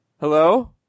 Hello